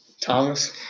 Thomas